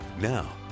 Now